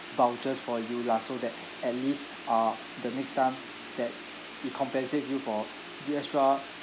vouchers for you lah so that at least uh the next time that it compensates you for the extra